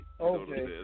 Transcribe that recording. Okay